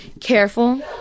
careful